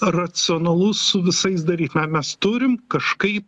racionalus su visais daryt na mes turim kažkaip